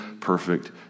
perfect